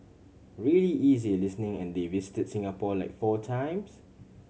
really easy listening and they visited Singapore like four times